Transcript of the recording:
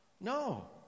No